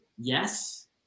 Yes